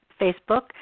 facebook